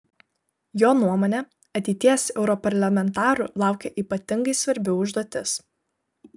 jo nuomone ateities europarlamentarų laukia ypatingai svarbi užduotis